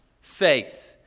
faith